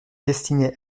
destiné